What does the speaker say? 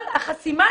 אבל החסימה,